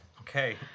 Okay